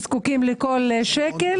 שזקוקים לכל שקל,